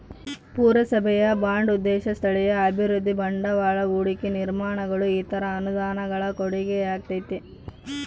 ಪುರಸಭೆಯ ಬಾಂಡ್ ಉದ್ದೇಶ ಸ್ಥಳೀಯ ಅಭಿವೃದ್ಧಿ ಬಂಡವಾಳ ಹೂಡಿಕೆ ನಿರ್ಮಾಣಗಳು ಇತರ ಅನುದಾನಗಳ ಕೊಡುಗೆಯಾಗೈತೆ